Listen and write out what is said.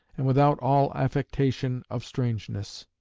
and without all affectation of strangeness.